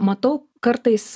matau kartais